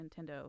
Nintendo